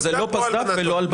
זה לא פסד"פ וזה לא הלבנת הון.